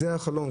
זה החלון.